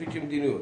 כפי המדיניות.